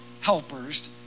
helpers